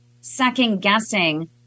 second-guessing